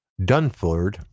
Dunford